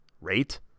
rate